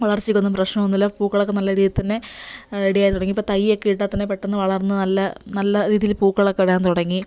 വളർച്ചക്കൊന്നും പ്രശ്നമൊന്നുമില്ല പൂക്കളൊക്കെ നല്ല രീതിയിൽ തന്നെ റെഡി ആയിത്തുടങ്ങി ഇപ്പോൾ തൈയ്യൊക്കെ ഇട്ടാൽ തന്നെ പെട്ടെന്ന് വളർന്ന് നല്ല നല്ല രീതിയിൽ പൂക്കളൊക്കെ വരാൻ തുടങ്ങി